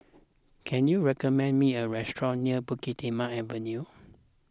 can you recommend me a restaurant near Bukit Timah Avenue